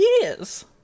years